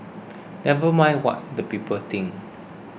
never mind what the people think